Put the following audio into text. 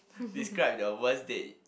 describe the worst date